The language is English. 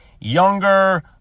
younger